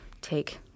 take